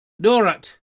Dorat